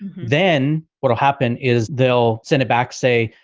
then what'll happen is they'll send it back, say,